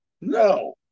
No